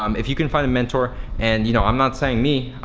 um if you can find a mentor and you know i'm not saying me,